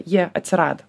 jie atsirado